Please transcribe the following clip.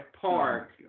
Park